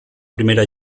primera